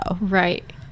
right